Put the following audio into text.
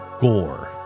gore